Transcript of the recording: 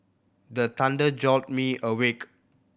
the thunder jolt me awake